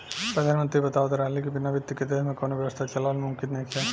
प्रधानमंत्री बतावत रहले की बिना बित्त के देश में कौनो व्यवस्था चलावल मुमकिन नइखे